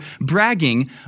bragging